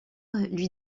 lui